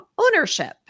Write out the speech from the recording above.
ownership